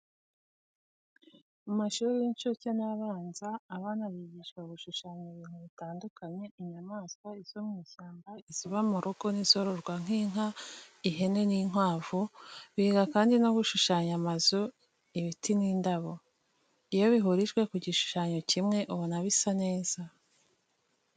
Mu mashuri y'incuke n'abanza abana bigishwa gushushanya ibintu bitandukanye, inyamaswa, izo mu ishyamba, iziba mu rugo, n'izororwa nk'inka, ihene n'inkwavu, biga kandi no gushushanya amazu, ibiti n'indabo. Iyo bihurijwe ku gishushanyo kimwe ubona bisa neza.